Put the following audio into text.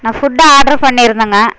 நான் food order பண்ணியிருந்தேங்க